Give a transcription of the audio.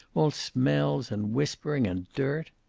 all smells and whispering and dirt.